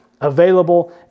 available